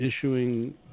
issuing